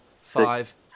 five